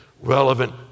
Relevant